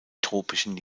tropischen